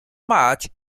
match